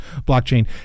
blockchain